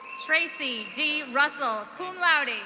tracy d russell, cum laude.